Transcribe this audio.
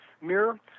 mirror